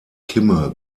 kimme